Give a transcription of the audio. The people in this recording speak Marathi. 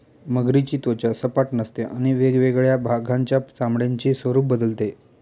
मगरीची त्वचा सपाट नसते आणि वेगवेगळ्या भागांच्या चामड्याचे स्वरूप बदलते